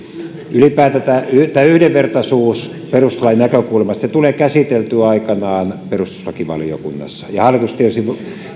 ylipäätään yhdenvertaisuus perustuslain näkökulmasta tulee käsiteltyä aikanaan perustuslakivaliokunnassa hallitus tietysti